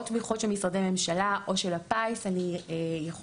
או תמיכות של משרדי ממשלה או של הפיס אני יכולה